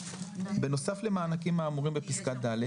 בנוסף למענקים האמורים בפסקה (ד),